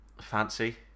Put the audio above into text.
fancy